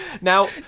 now